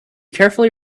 carefully